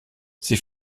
sie